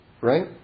Right